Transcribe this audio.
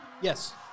Yes